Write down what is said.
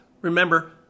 remember